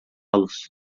los